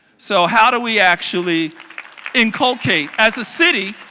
so how do we actually and cultivate as a city,